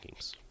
rankings